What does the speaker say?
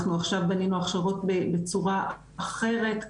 אנחנו עכשיו בנינו הכשרות בצורה אחרת,